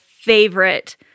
favorite